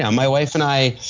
um my wife and i,